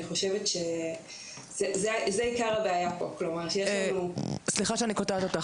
אני חושבת שזה עיקר הבעיה פה- -- סליחה שאני קוטעת אותך,